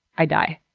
i die.